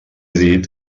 dit